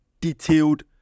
detailed